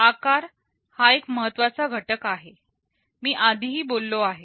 आकार हा एक महत्त्वाचा घटक आहे मी आधीही बोललो आहे